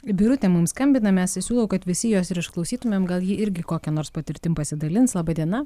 birutė mums skambina mes siūlau kad visi jos ir išklausytumėm gal ji irgi kokia nors patirtim pasidalins laba diena